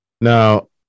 now